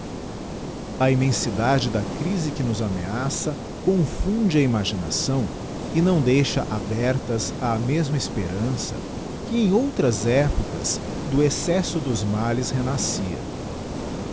a immensídacle da erm que nos ameaça confunde a imaginação e não deixa abertas á mesma esperança que em outras épocas do excesso dos males renascia